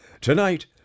Tonight